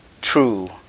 true